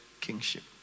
kingship